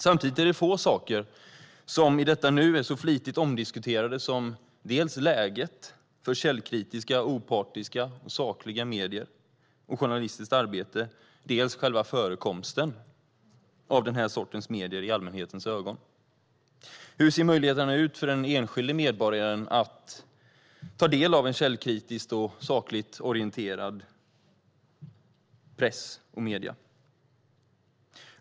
Samtidigt är det få saker som i detta nu är så flitigt omdiskuterade som dels läget för källkritiska, opartiska och sakliga medier och journalistiskt arbete, dels själva förekomsten av den sortens medier i allmänhetens ögon. Hur ser möjligheterna ut för den enskilda medborgaren att ta del av källkritiska och sakligt orienterade medier?